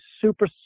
super